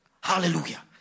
Hallelujah